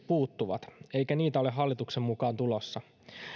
puuttuvat eikä niitä ole hallituksen mukaan tulossa